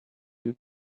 you